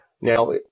Now